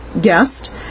guest